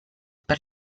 per